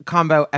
Combo